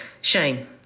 shame